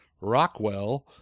Rockwell